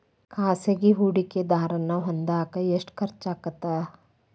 ಖಾಸಗಿ ಹೂಡಕೆದಾರನ್ನ ಹೊಂದಾಕ ಎಷ್ಟ ಖರ್ಚಾಗತ್ತ